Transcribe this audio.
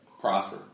Prosper